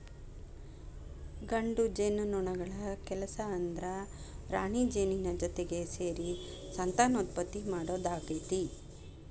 ಗಂಡು ಜೇನುನೊಣಗಳ ಕೆಲಸ ಅಂದ್ರ ರಾಣಿಜೇನಿನ ಜೊತಿಗೆ ಸೇರಿ ಸಂತಾನೋತ್ಪತ್ತಿ ಮಾಡೋದಾಗೇತಿ